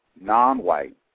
non-white